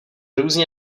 různě